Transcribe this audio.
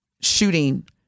shooting